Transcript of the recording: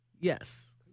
yes